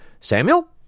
Samuel